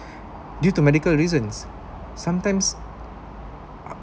due to medical reasons sometime